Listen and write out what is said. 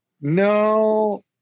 no